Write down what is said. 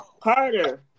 Carter